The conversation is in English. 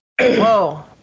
whoa